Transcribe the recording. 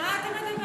מה אתה מדבר,